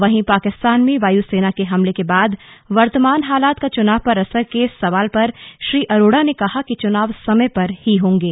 वहीं पाकिस्तान में वायू सेना के हमले के बाद वर्तमान हालात का चुनाव पर असर के सवाल पर श्री अरोड़ा ने कहा कि चुनाव समय पर ही होंगे